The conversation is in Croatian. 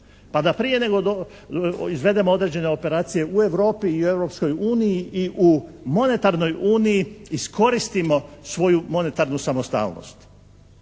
pa da prije nego izvedemo određene operacije u Europi i Europskoj uniji i u monetarnoj uniji iskoristimo svoju monetarnu samostalnost.